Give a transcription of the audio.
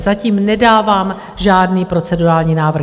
Zatím nedávám žádný procedurální návrh.